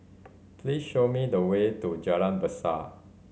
please show me the way to Jalan Besar